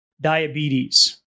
diabetes